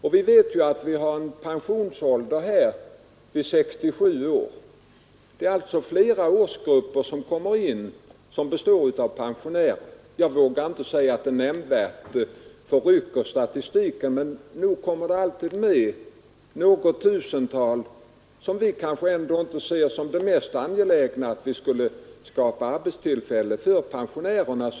Men vi har en allmän pensionsålder vid 67 år. Det är alltså flera årsgrupper pensionärer som kommer in. Jag vågar inte säga att detta nämnvärt förrycker statistiken, men nog kommer det med något tusental för vilka vi kanske inte ser det som mest angeläget att skaffa arbetstillfällen.